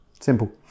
simple